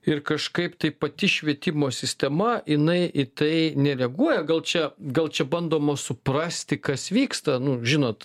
ir kažkaip tai pati švietimo sistema jinai į tai nereaguoja gal čia gal čia bandoma suprasti kas vyksta nu žinot